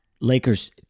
Lakers